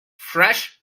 fresh